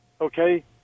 okay